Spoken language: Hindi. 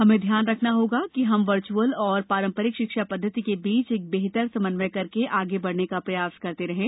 हमें ध्यान रखना होगा हम वर्चुअल और पारंपरिक शिक्षा पद्धति के बीच एक बेहतर समन्वय करके आगे बढ़ने का प्रयास करते रहें